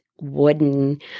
wooden